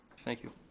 thank you.